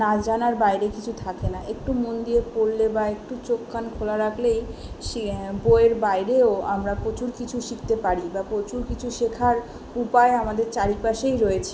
না জানার বাইরে কিছু থাকে না একটু মন দিয়ে পড়লে বা একটু চোখ কান খোলা রাখলেই বইয়ের বাইরেও আমরা প্রচুর কিছু শিখতে পারি বা প্রচুর কিছু শেখার উপায় আমাদের চারপাশেই রয়েছে